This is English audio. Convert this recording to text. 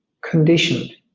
conditioned